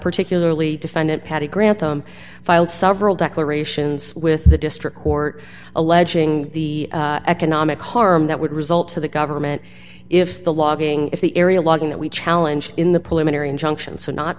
particularly defendant patty grantham filed several declarations with the district court alleging the economic harm that would result to the government if the logging in the area logging that we challenge in the policeman or injunction so not